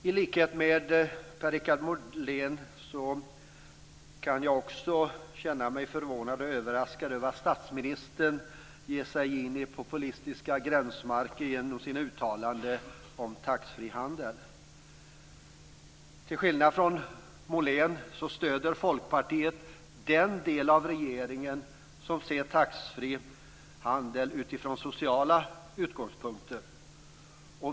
I likhet med Per-Richard Molén kan jag känna mig förvånad och överraskad över att statsministern ger sig in i populistiska gränstrakter genom sina uttalanden om taxfreehandeln. Till skillnad från Molén stöder Folkpartiet den del av regeringen som ser taxfreehandeln från sociala utgångspunkter.